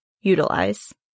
utilize